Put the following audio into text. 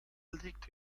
liegt